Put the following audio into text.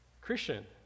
Christian